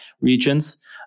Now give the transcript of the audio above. regions